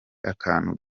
akantu